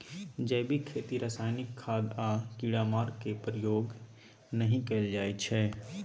जैबिक खेती रासायनिक खाद आ कीड़ामार केर प्रयोग नहि कएल जाइ छै